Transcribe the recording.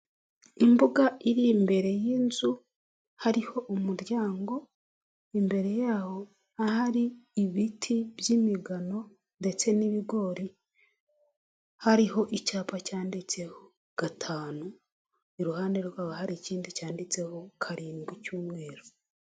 Imbuga iri imbere y'inzu hariho umuryango imbere yaho hari ibiti by'imigano ndetse n'ibigori, hariho icyapa cyanditseho gatanu iruhande rwaho hari ikindi cyanditseho karindwi cy'umweru.